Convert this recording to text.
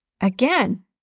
again